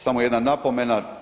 Samo jedna napomena.